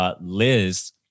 Liz